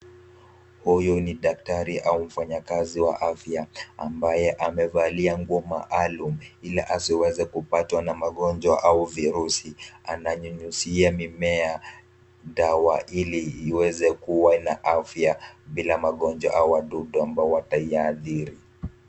Huyu ni daktari au mfanyakazi wa afya ambaye amevalia nguo maalum ili asiweze kupatwa na magonjwa au virusi. Ananyunyuzia mimea dawa ili iweze kuwa na afya bila magonjwa au wadudu ambao wataiathiri.